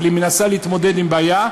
אבל היא מנסה להתמודד עם הבעיה,